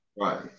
Right